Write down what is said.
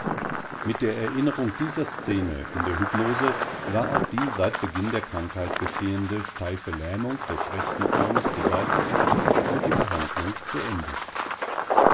mit der erinnerung dieser szene in der hypnose war auch die seit beginn der krankheit bestehende steife lähmung des rechten armes beseitigt und die behandlung beendigt